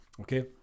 Okay